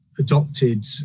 adopted